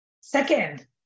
Second